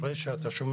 בבקשה.